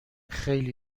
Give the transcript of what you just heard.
خیلی